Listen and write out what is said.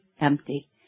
empty